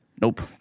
Nope